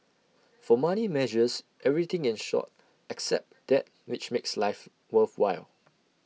for money measures everything in short except that which makes life worthwhile